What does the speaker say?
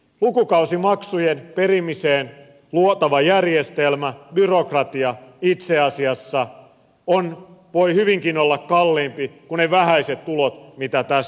lukukausimaksujen perimiseen luotava järjestelmä byrokratia itse asiassa voi hyvinkin olla kalliimpi kuin ne vähäiset tulot mitä tästä saadaan